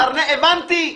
הבנתי.